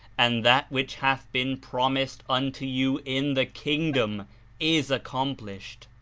and that which hath been promised unto you in the kingdom is accomplished.